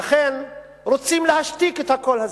לכן רוצים להשתיק את הקול הזה.